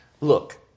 Look